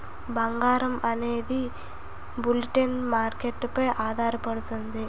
బంగారం అనేది bullion market పై ఆధారపడుతుంది